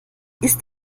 ist